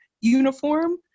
uniform